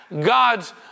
God's